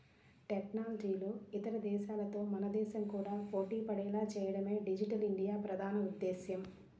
టెక్నాలజీలో ఇతర దేశాలతో మన దేశం కూడా పోటీపడేలా చేయడమే డిజిటల్ ఇండియా ప్రధాన ఉద్దేశ్యం